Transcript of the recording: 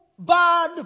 Bad